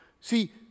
See